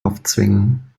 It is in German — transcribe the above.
aufzwingen